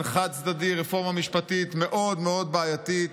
חד-צדדי רפורמה משפטית מאוד מאוד בעייתית.